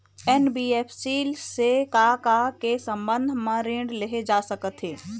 NBFC से का का के संबंध म ऋण लेहे जा सकत हे?